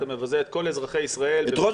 אתה מבזה את כל אזרחי ישראל --- את ראש